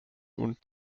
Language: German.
und